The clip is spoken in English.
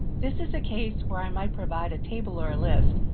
this is a case where i might provide a table or a list,